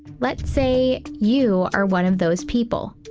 let's say you are one of those people.